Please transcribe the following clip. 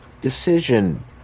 decision